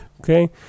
Okay